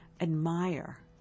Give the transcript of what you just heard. admire